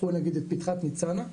קחו נגיד את פתחת ניצנה,